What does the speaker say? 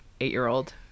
eight-year-old